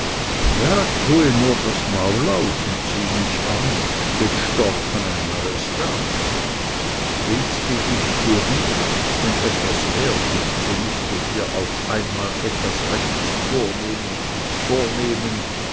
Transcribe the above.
ja tue nur das maul auf und sieh mich an wie dstorche ein neues dach willst du dich kurieren und etwas werden so mußt du dir einmal auf etwas rechtes vornehmen vornehmen